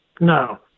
No